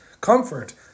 comfort